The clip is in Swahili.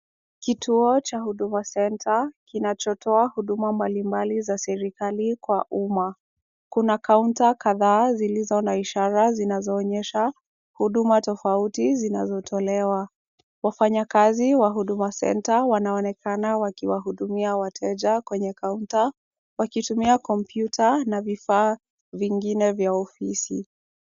Kituo cha Huduma Center kinachotoa huduma mbalimbali za serikali kwa umma, kuna kaunta kadha zilizo na ishara zinazoonyesha huduma tofauti zinazotolewa. Wafanyakazi wa Huduma Center wanaonekana wakiwahudumia wateja kwenye kaunta, wakitumia kompyuta na vifaa vingine vya ofisi.